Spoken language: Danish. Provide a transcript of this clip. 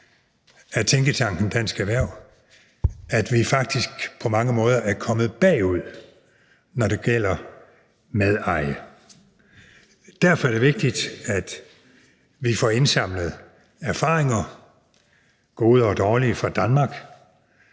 af Tænketanken Demokratisk Erhverv, at vi faktisk på mange måder er kommet bagud, når det gælder medeje. Derfor er det vigtigt, at vi får indsamlet erfaringer, gode og dårlige, fra Danmark